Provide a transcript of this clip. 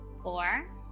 four